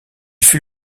fut